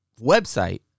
website